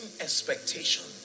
expectation